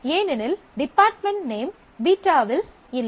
ஏனெனில் department name β வில் இல்லை